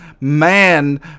man